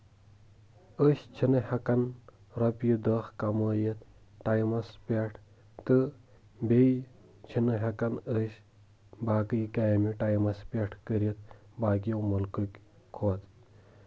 أسۍ چھِ نہٕ ہٮ۪کان رۄپیٚیہِ دہ کَمٲیِتھ ٹایمَس پٮ۪ٹھ تہٕ بیٚیہِ چھِ نہٕ ہٮ۪کان أسۍ باقی کامہِ ٹایمَس پٮ۪ٹھ کٔرِتھ باقیو مُلکٔکۍ کھۄتہٕ